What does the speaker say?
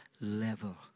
level